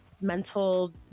Mental